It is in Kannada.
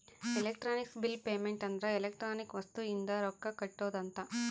ಎಲೆಕ್ಟ್ರಾನಿಕ್ ಬಿಲ್ ಪೇಮೆಂಟ್ ಅಂದ್ರ ಎಲೆಕ್ಟ್ರಾನಿಕ್ ವಸ್ತು ಇಂದ ರೊಕ್ಕ ಕಟ್ಟೋದ ಅಂತ